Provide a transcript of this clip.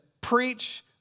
preach